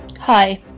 Hi